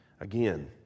Again